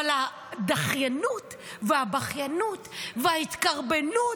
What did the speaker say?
אבל הדחיינות והבכיינות וההתקרבנות,